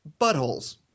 buttholes